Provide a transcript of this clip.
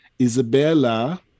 isabella